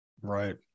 Right